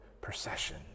procession